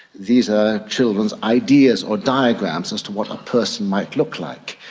these are children's ideas or diagrams as to what a person might look like.